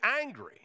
angry